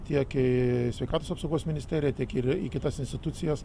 tiek į sveikatos apsaugos ministeriją tiek ir į kitas institucijas